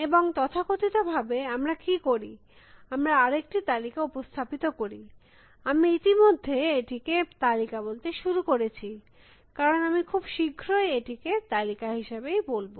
এবং তথাকথিতভাবে আমরা কী করি আমরা আরেকটি তালিকা উপস্থাপিত করি আমি ইতিমধ্যে এটিকে তালিকা বলতে শুরু করেছি রেফার টাইম 4717 কারণ আমি খুব শীঘ্রই এটিকে তালিকা হিসাবেই বলব